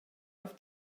auf